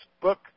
book